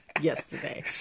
yesterday